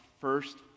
First